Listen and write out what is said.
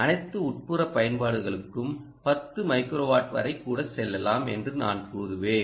அனைத்து உட்புற பயன்பாடுகளுக்கும் 10 மைக்ரோவாட் வரை கூட செல்லலாம் என்று நான் கூறுவேன்